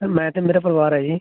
sir ਮੈਂ ਅਤੇ ਮੇਰਾ ਪਰਿਵਾਰ ਹੈ ਜੀ